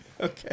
Okay